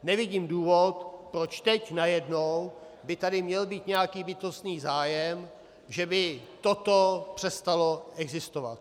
Nevidím důvod, proč teď najednou by tady měl být nějaký bytostný zájem, že by toto přestalo existovat.